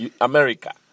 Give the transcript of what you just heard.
America